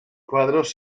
cuadros